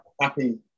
Happy